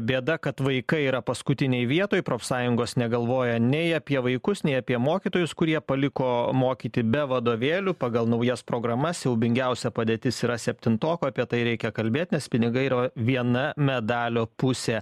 bėda kad vaikai yra paskutinėj vietoj profsąjungos negalvoja nei apie vaikus nei apie mokytojus kurie paliko mokyti be vadovėlių pagal naujas programas siaubingiausia padėtis yra septintokų apie tai reikia kalbėt nes pinigai yra viena medalio pusė